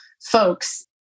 folks